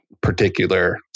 particular